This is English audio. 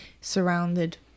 surrounded